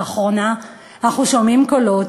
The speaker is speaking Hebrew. באחרונה אנחנו שומעים קולות